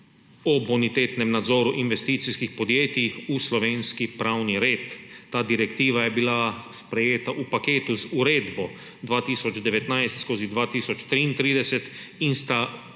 o bonitetnem nadzoru investicijskih podjetij v slovenski pravni red. Ta direktiva je bila sprejeta v paketu z Uredbo 2019/2033 in sta skupaj